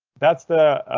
that's the.